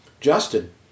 Justin